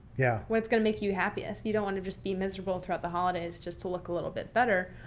yeah when it's going to make you happiest. you don't want to just be miserable throughout the holidays just to look a little bit better,